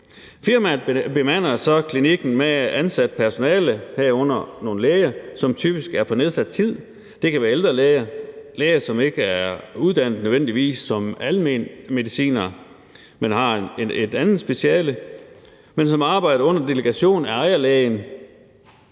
Firmaet bemander så klinikken med ansat personale, herunder nogle læger, som typisk er på nedsat tid. Det kan være ældre læger, læger, som ikke nødvendigvis er uddannet som almen mediciner, men har et andet speciale, men som arbejder under delegation af ejerlægen,